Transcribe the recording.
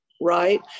right